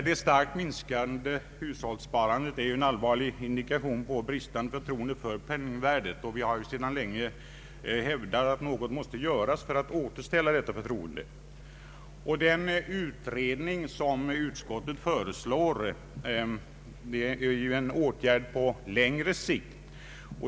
Det starkt minskande hushållssparandet är en allvarlig indikation på bristande förtroende för penningvärdet, och vi har sedan länge hävdat att något måste göras för att återställa detta förtroende. Den utredning som utskottet föreslår är en åtgärd på lång sikt.